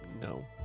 No